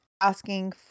asking